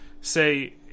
say